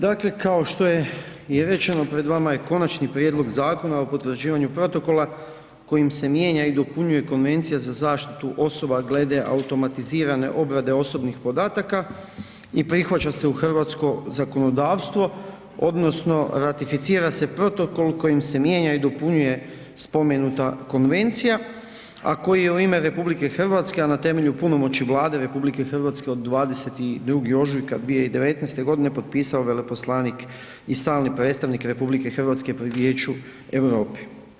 Dakle, kao što je i rečeno, pred vama je Konačni prijedlog Zakona o potvrđivanju protokola kojim se mijenja i dopunjuje Konvencija za zaštitu osoba glede automatizirane obrade osobnih podataka i prihvaća se u hrvatsko zakonodavstvo, odnosno ratificira se protokol kojim se mijenja i dopunjuje spomenuta konvencija, a koji je u ime RH, a na temelju punomoći Vlade RH od 22. ožujka 2019. potpisao veleposlanik i stalni predstavnik RH pri Vijeću Europe.